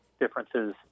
differences